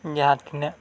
ᱡᱟᱦᱟᱸ ᱛᱤᱱᱟᱹᱜ